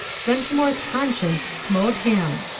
ventimore's conscience smote him.